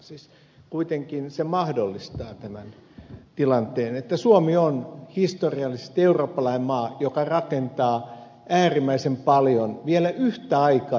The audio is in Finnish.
siis kuitenkin se mahdollistaa tämän tilanteen että suomi on historiallisesti eurooppalainen maa joka rakentaa äärimmäisen paljon ja vielä yhtä aikaa ed